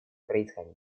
происходить